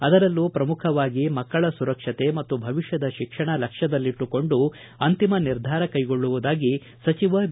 ಅದರಲ್ಲೂ ಶ್ರಮುಖವಾಗಿ ಮಕ್ಕಳ ಸುರಕ್ಷತೆ ಮತ್ತು ಭವಿಷ್ಯದ ಶಿಕ್ಷಣ ಲಕ್ಷ್ಯದಲ್ಲಿಟ್ಟುಕೊಂಡು ಅಂತಿಮ ನಿರ್ಧಾರ ಕೈಗೊಳ್ಳುವುದಾಗಿ ಸಚಿವ ಬಿ